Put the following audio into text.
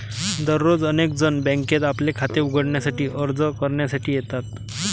दररोज अनेक जण बँकेत आपले खाते उघडण्यासाठी अर्ज करण्यासाठी येतात